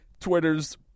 Twitter's